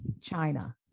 china